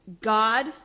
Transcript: God